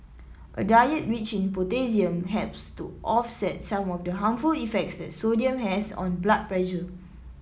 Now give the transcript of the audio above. a diet rich in potassium helps to offset some of the harmful effects that sodium has on blood pressure